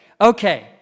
Okay